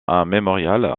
mémorial